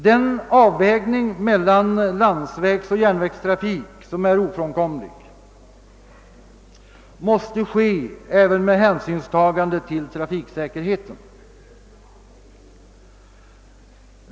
Den ofrånkomliga avvägningen mellan landsvägsoch järnvägstrafik måste ske även med hänsynstagande till trafiksäkerheten.